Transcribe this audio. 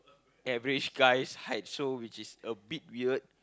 average guys height so which is a bit weird